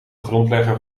grondlegger